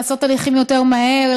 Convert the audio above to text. לעשות הליכים יותר מהר,